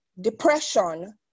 depression